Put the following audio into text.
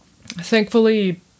thankfully